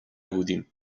بودیم